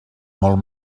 molt